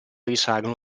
risalgono